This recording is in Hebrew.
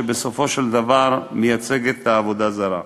שבסופו של דבר מייצגת את העבודה הזרה.